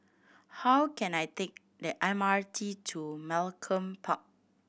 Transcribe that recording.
how can I take the M R T to Malcolm Park